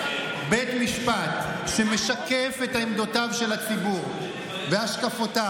רק בית משפט שמשקף את עמדותיו של הציבור והשקפותיו,